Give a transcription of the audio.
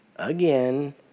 Again